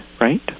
right